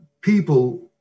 people